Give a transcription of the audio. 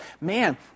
man